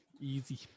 Easy